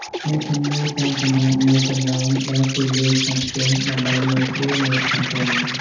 អ្នកជំងឺតែងសម្រាកនៅកន្លែងដែលទូលាយក្នុងផ្ទះ ដើម្បីងាយស្រួលមើលថែទាំ។